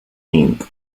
inc